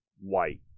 white